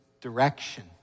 direction